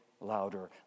louder